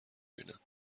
بینم